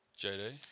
JD